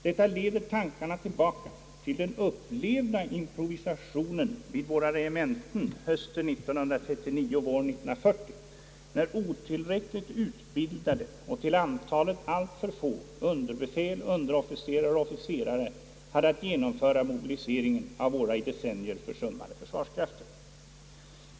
Detta leder tankarna tillbaka till den upplevda improvisationen vid våra regementen hösten 1939 och våren 1940 när otillräckligt utbildade och till antalet alltför få underbefäl, underofficerare och officerare hade att genomföra mobiliseringen av våra i decennier försummade försvarskrafter.